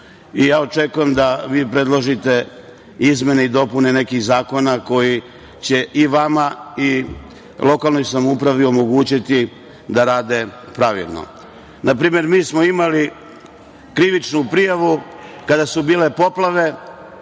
Očekujem da vi predložite izmene i dopune nekih zakona koji će i vama i lokalnoj samoupravi omogućiti da rade pravilno. Na primer, mi smo imali krivičnu prijavu kada su bile poplave,